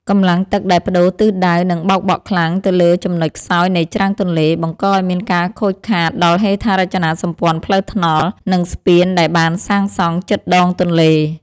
កម្លាំងទឹកដែលប្តូរទិសដៅនឹងបោកបក់ខ្លាំងទៅលើចំណុចខ្សោយនៃច្រាំងទន្លេ បង្កឱ្យមានការខូចខាតដល់ហេដ្ឋារចនាសម្ព័ន្ធផ្លូវថ្នល់ និងស្ពានដែលបានសាងសង់ជិតដងទន្លេ។